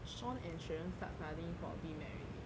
shaun and xue wen start studying for BMAT already